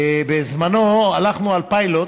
בזמנו הלכנו על פיילוט,